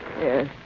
Yes